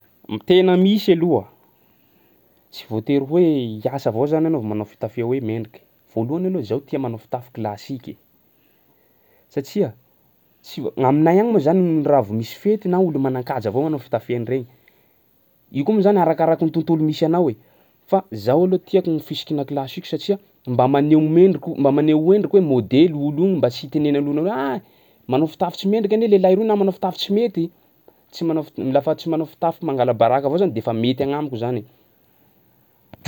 M- tena misy aloha, tsy voatery hoe hiasa avao zany anao vao manao fitafià hoe mendriky. Voalohany aloha zaho tia manao fitafy classique e satsia tsy v- gn'aminay agny moa zany raha vao misy fety na olo manan-kaja avao manao fitafià an'regny, io koa moa zany arakaraky ny tontolo misy anao e fa zaho aloha tiako ny fisikina classique satsia mba maneho mendriko mba maneho endriko hoe modely olo io mba tsy itenenan'olo anao hoe ah! manao fitafy tsy mendrika anie lehilahy iroy na manao fitafy tsy mety. Tsy manao f- lafa tsy manao fitafy mangala baraka avao zany de fa mety agnamiko zany e.